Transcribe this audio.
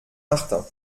martin